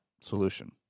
solution